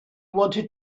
wanted